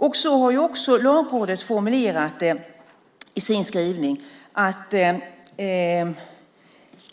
Lagrådet har formulerat i sin skrivning att